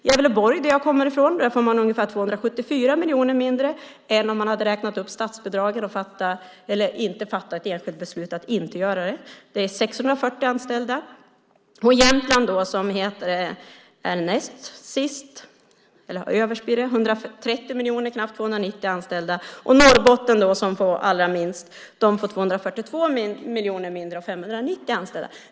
I Gävleborg, som jag kommer ifrån, får vi ungefär 274 miljoner mindre än om man hade räknat upp statsbidragen och inte fattat ett enskilt beslut att inte göra det. Det är 640 anställda. I Jämtland, som är näst sist - eller näst överst - blir det 130 miljoner, det vill säga knappt 290 anställda. Norrbotten, som får allra minst, får 242 miljoner mindre - 590 anställda.